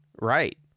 right